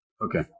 Okay